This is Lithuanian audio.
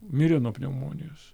mirė nuo pneumonijos